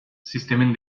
sistemin